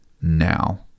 now